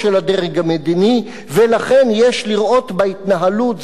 יש לראות בהתנהלות זו הסכמה מכללא".